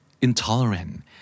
intolerant